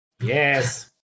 Yes